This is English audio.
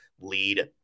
lead